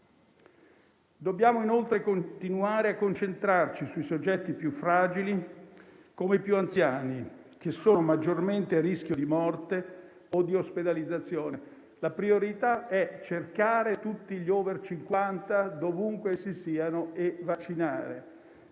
Dobbiamo inoltre continuare a concentrarci sui soggetti più fragili, come i più anziani, che sono maggiormente a rischio di morte o di ospedalizzazione. La priorità è cercare tutti gli *over* 50 ovunque essi siano e vaccinare,